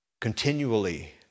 Continually